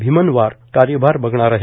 भीमनवार कार्यभार बघणार आहे